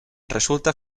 resulta